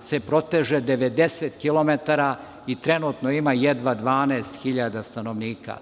se proteže 90 km i trenutno ima jedva 12.000 stanovnika.